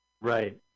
Right